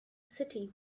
city